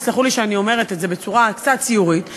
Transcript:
תסלחו לי שאני אומרת את זה בצורה קצת ציורית,